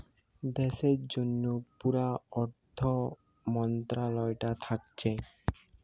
দেশের জন্যে পুরা অর্থ মন্ত্রালয়টা থাকছে